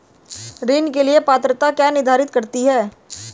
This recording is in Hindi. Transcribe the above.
ऋण के लिए पात्रता क्या निर्धारित करती है?